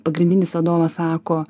pagrindinis vadovas sako